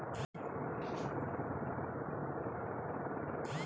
rubber के वृक्ष के दूध के लेटेक्स कहो हइ